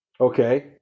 Okay